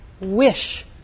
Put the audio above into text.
wish